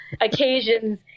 occasions